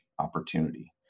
opportunity